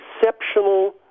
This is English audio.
exceptional